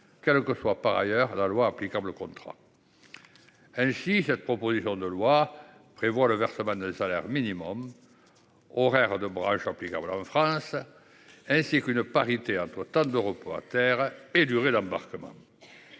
quelle que soit par ailleurs la loi applicable au contrat ». Aussi, la proposition de loi prévoit le versement d'un salaire minimum horaire de branche, applicable en France, ainsi qu'une parité entre temps de repos à terre et durée d'embarquement.